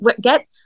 get